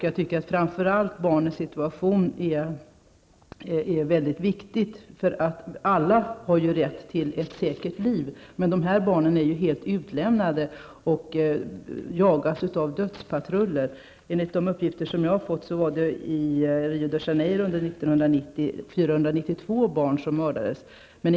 Jag tycker att framför allt barnens situation är väldigt viktig. Alla har ju rätt till ett säkert liv, men dessa barn är helt utlämnade och jagas av dödspatruller. Enligt uppgifter jag har fått mördades 492 barn i Rio de Janeiro 1990.